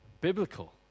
Biblical